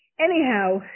Anyhow